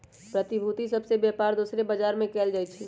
प्रतिभूति सभ के बेपार दोसरो बजार में कएल जाइ छइ